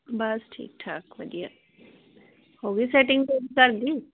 ਬਸ ਠੀਕ ਠਾਕ ਵਧੀਆ ਹੋ ਗਈ ਸੈਟਿੰਗ ਘਰ ਦੀ